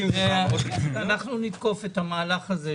אנחנו נתקוף את המהלך הזה,